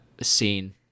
scene